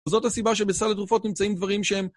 וזאת הסיבה שבסל התרופות נמצאים דברים שהם...